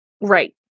Right